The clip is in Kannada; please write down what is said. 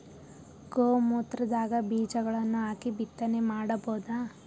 ಗೋ ಮೂತ್ರದಾಗ ಬೀಜಗಳನ್ನು ಹಾಕಿ ಬಿತ್ತನೆ ಮಾಡಬೋದ?